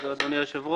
תודה, אדוני היושב-ראש.